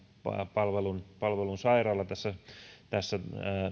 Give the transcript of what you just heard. palvelun palvelun sairaala tässä tässä